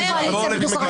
נפל.